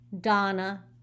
Donna